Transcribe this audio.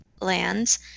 lands